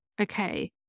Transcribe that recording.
okay